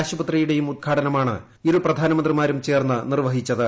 ആശുപത്രിയുടെയും ഉദ്ഘാടനമാണ് ഇരു പ്രധാനമന്ത്രിമാരും ചേർന്ന് നിർവഹിച്ചത്